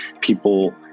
people